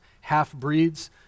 half-breeds